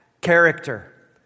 character